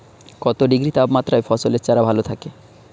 কত ডিগ্রি তাপমাত্রায় ফসলের চারা ভালো থাকে?